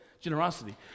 Generosity